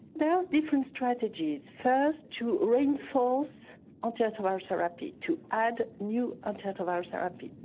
there are different strategies. first to reinforce antiretrovirus therapy, to add new antiretrovirus therapy,